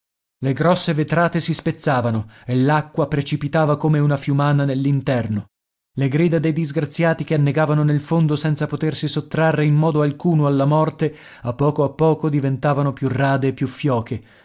le grosse vetrate si spezzavano e l'acqua precipitava come una fiumana nell'interno le grida dei disgraziati che annegavano nel fondo senza potersi sottrarre in modo alcuno alla morte a poco a poco diventavano più rade e più fioche